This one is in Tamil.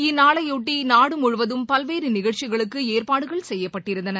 இந்நாளையொட்டி நாடுமுழுவதும் பல்வேறு நிகழ்ச்சிகளுக்கு ஏற்பாடுகள் செய்யப்பட்டிருந்தன